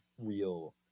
real